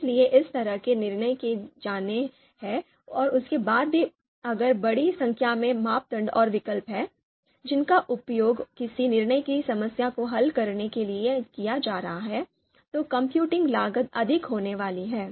इसलिए इस तरह के निर्णय किए जाने हैं और उसके बाद भी अगर बड़ी संख्या में मापदंड और विकल्प हैं जिनका उपयोग किसी निर्णय की समस्या को हल करने के लिए किया जा रहा है तो कंप्यूटिंग लागत अधिक होने वाली है